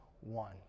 one